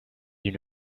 you